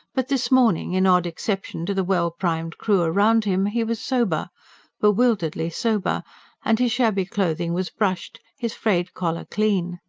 but this morning, in odd exception to the well-primed crew around him, he was sober bewilderedly sober and his shabby clothing was brushed, his frayed collar clean.